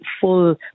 full